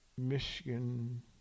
Michigan